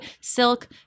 silk